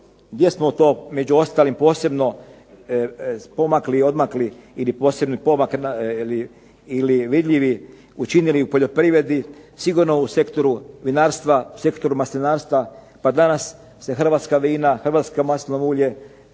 gdje smo to među ostalim posebno pomakli i odmakli ili posebni pomak ili vidljivi učinili u poljoprivredi sigurno u sektoru vinarstva, sektoru maslinarstva. Pa danas se hrvatska vina, hrvatsko maslinovo ulje